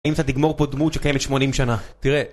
אם אתה תגמור פה דמות שקיימת שמונים שנה תראה